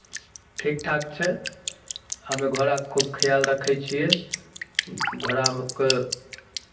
ठीक ठाक छै हमे घोड़ाके खूब खयाल रखै छियै घोड़ाके